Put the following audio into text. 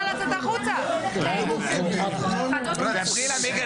------ לא שומעים.